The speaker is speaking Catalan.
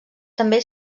també